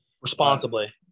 Responsibly